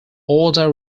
order